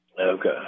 Okay